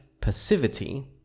passivity